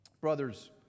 Brothers